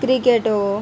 cricket